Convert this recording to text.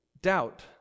Doubt